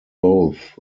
both